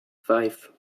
five